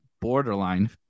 borderline